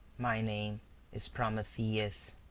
my name is prometheus.